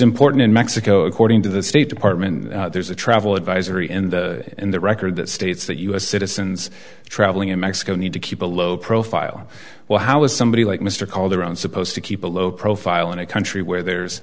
important in mexico according to the state department there's a travel advisory in the in the record that states that u s citizens traveling in mexico need to keep a low profile well how is somebody like mr calderon supposed to keep a low profile in a country where there's